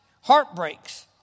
heartbreaks